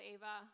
Ava